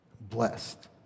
blessed